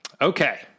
Okay